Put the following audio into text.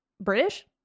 british